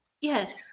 yes